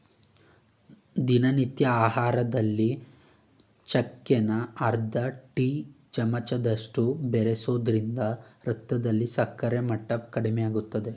ದಿನನಿತ್ಯ ಆಹಾರದಲ್ಲಿ ಚಕ್ಕೆನ ಅರ್ಧ ಟೀ ಚಮಚದಷ್ಟು ಬಳಸೋದ್ರಿಂದ ರಕ್ತದಲ್ಲಿ ಸಕ್ಕರೆ ಮಟ್ಟ ಕಡಿಮೆಮಾಡ್ತದೆ